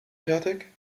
fertig